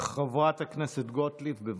חברת הכנסת גוטליב, בבקשה.